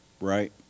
Right